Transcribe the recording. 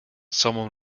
someone